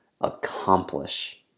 accomplish